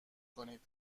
کنید